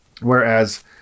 Whereas